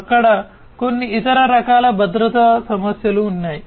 అక్కడ కొన్ని ఇతర రకాల భద్రతా సమస్యలు ఉన్నాయి